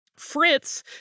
Fritz